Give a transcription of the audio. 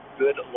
good